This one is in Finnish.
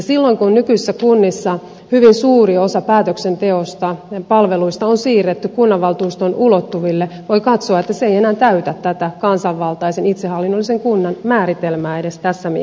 silloin kun nykyisissä kunnissa hyvin suuri osa päätöksenteosta ja palveluista on siirretty kunnanvaltuuston ulottuville voi katsoa että se ei enää täytä tätä kansanvaltaisen itsehallinnollisen kunnan määritelmää edes tässä mielessä